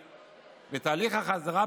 בדמוקרטיה,